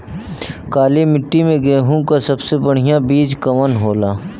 काली मिट्टी में गेहूँक सबसे बढ़िया बीज कवन होला?